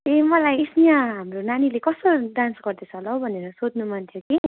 ए मलाई स्नेह हाम्रो नानीले कस्तो डान्स गर्दैछ होला हौ भनेर सोध्नु मन थियो कि